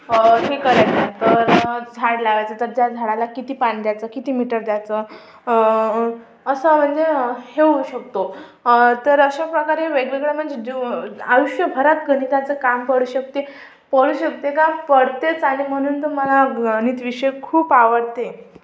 हे करायचंय तर झाड झाड लावायचं तर त्या झाडाला किती पाणी द्यायचं किती लिटर द्यायचं असा म्हणजे हे होऊ शकतो तर अशा प्रकारे वेगवेगळ्या म्हणजे जीव आयुष्यभरात गणिताचं काम पडू शकते पडू शकते का पडतेच आणि म्हणून तर मला गणित विषय खूप आवडते